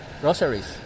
groceries